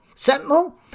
Sentinel